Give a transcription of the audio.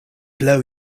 blow